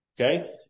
Okay